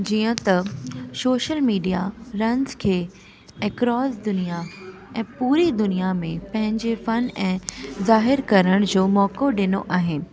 जीअं त social media runs खे एक्रोस दुनिआ ऐं पूरी दुनिआ में पंहिंजेपन ऐं ज़ाहिर करण जो मौक़ो ॾिनो आहे